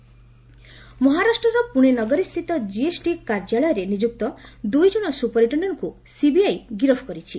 CBI GST ମହାରାଷ୍ଟ୍ରର ପୁଣେ ନଗରୀ ସ୍ଥିତ ଜିଏସ୍ଟି କାର୍ଯ୍ୟାଳୟରେ ନିଯୁକ୍ତ ଦୁଇ ଜଣ ସୁପରିଟେଶ୍ଡେଣ୍ଟ୍କୁ ସିବିଆଇ ଗିରଫ୍ କରିଛି